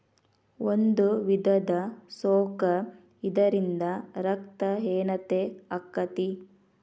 ಒಂದು ವಿಧದ ಸೊಂಕ ಇದರಿಂದ ರಕ್ತ ಹೇನತೆ ಅಕ್ಕತಿ